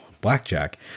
blackjack